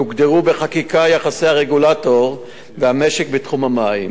יוגדרו בחקיקה יחסי הרגולטור והמשק בתחום המים,